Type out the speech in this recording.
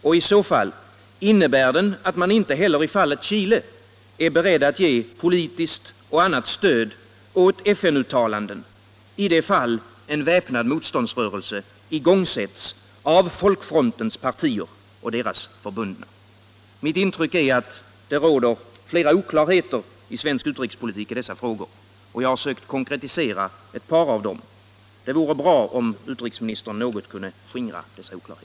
Och i så fall — innebär den att man inte heller i fallet Chile är beredd att ge politiskt och annat stöd åt FN-uttalanden i det fall en väpnad motståndsrörelse igångsätts av folkfrontens partier och deras förbundna? Mitt intryck är att det råder flera oklarheter i svensk utrikespolitik i dessa frågor. Jag har sökt konkretisera ett par av dem. Det vore bra om. utrikesministern något kunde skingra dessa oklarheter.